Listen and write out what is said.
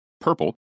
Purple